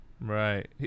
right